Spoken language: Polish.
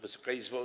Wysoka Izbo!